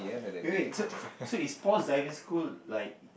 wait wait so so is Paul's driving school like